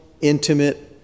intimate